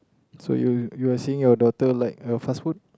so you're you're seeing your daughter like her fast food